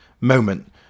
moment